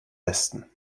besten